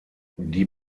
die